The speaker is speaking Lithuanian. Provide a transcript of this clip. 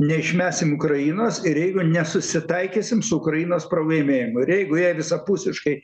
neišmesim ukrainos ir jeigu ne susitaikysim su ukrainos pralaimėjimu ir jeigu jai visapusiškai